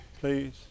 please